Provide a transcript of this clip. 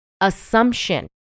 assumption